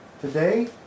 Today